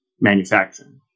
Manufacturing